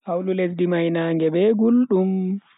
Hawlu lesdi mai naage be guldum.